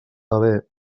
haver